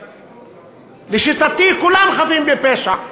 לשיטתי, כולם חפים מפשע.